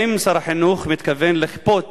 האם שר החינוך מתכוון לכפות